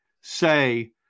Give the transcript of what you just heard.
say